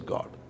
God